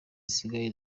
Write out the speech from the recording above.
zisigaye